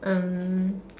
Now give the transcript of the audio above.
um